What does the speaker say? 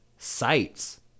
Sites